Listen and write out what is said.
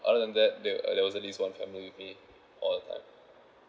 other than that there uh there was at least one family with me all the time